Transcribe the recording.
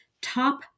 top